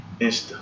Insta